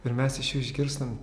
ir mes iš jų išgirsim